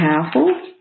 powerful